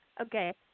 Okay